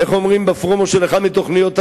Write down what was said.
איך אומרים בפרומו של אחת מתוכניות הרדיו?